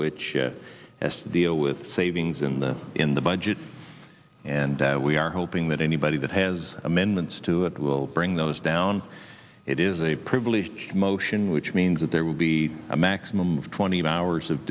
which has to deal with savings in the in the budget and we are hoping that anybody that has amendments to it will bring those down it is a privilege motion which means that there will be a maximum of twenty hours of